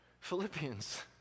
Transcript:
Philippians